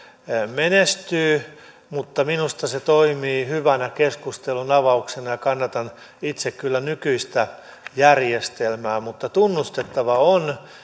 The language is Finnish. menestyy mutta minusta se toimii hyvänä keskustelunavauksena ja kannatan itse kyllä nykyistä järjestelmää mutta tunnustettava on